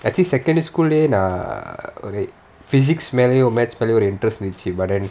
I think secondary school லேயே நா:laeyae naa physics மேலயும்:melayum mathematics மேலயும்:melayum oru interest இருந்துச்சி:irunthuchi but then